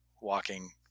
walking